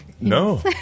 no